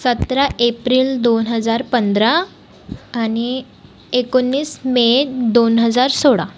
सतरा एप्रिल दोन हजार पंधरा आणि एकोणीस मे दोन हजार सोळा